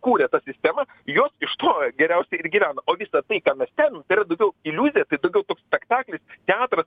kūrė tą sistemą jos iš to geriausiai ir gyvena o visa tai ką mes stebim tai yra daugiau iliuzija tai daugiau spektaklis teatras